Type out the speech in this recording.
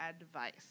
advice